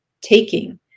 taking